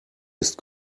ist